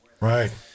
Right